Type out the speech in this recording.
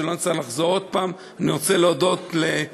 שאני לא אצטרך לחזור עוד פעם: אני רוצה להודות לסיגל,